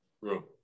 room